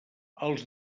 els